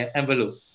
envelope